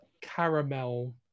caramel